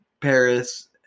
Paris